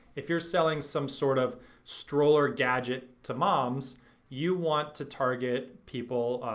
if you're selling some sort of stroller gadget to moms you want to target people,